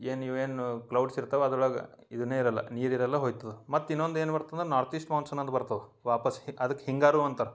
ಏನು ಇವು ನು ಕ್ಲೌಡ್ಸ್ ಇರ್ತಾವೆ ಅದ್ರೊಳಗೆ ಇದನ್ನೇ ಇರೋಲ್ಲ ನೀರು ಇರೋಲ್ಲ ಹೋಗ್ತದೆ ಮತ್ತು ಇನ್ನೊಂದು ಏನು ಬರ್ತದೆ ನಾರ್ತ್ ಈಸ್ಟ್ ಮಾನ್ಸೂನ್ ಅಂದು ಬರ್ತದೆ ವಾಪಸ್ಸು ಹಿಂಗೆ ಅದಕ್ಕೆ ಹಿಂಗಾರು ಅಂತಾರೆ